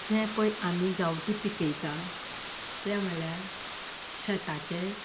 जें पळय आमी गांवटी पिकयतात तें म्हळ्यार शेताचे